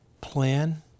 Plan